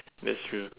that's true